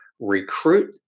recruit